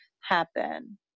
happen